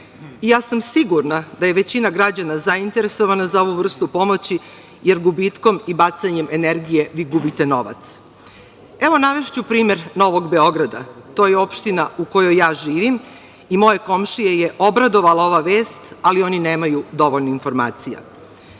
Ja sam sigurna da je većina građana zainteresovana za ovu vrstu pomoći, jer gubitkom i bacanjem energije vi gubite novac. Navešću primer Novog Beograda. To je opština u kojoj ja živim. Moje komšije je obradovala ova vest, ali oni nemaju dovoljno informacija.